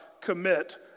commit